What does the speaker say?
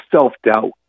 self-doubt